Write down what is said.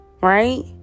Right